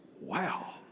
wow